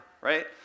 right